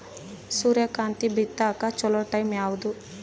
ಸೂರ್ಯಕಾಂತಿ ಬಿತ್ತಕ ಚೋಲೊ ಟೈಂ ಯಾವುದು?